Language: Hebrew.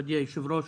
מכובדי היושב-ראש,